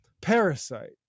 Parasite